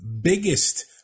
biggest